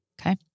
Okay